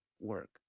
work